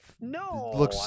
No